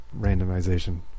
randomization